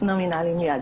מיד.